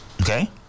Okay